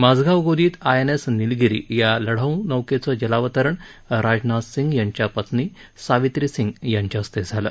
माझगाव गोदीत आयएनएस नीलगिरी या लढाऊ नौकेचं जलावतरण राजनाथ सिंह यांच्या पत्नी सावित्री सिंह यांच्या हस्ते झालं